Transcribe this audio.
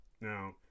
Now